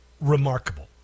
remarkable